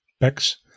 packs